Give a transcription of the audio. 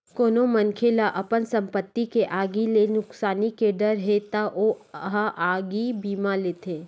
कोनो मनखे ल अपन संपत्ति के आगी ले नुकसानी के डर हे त ओ ह आगी बीमा लेथे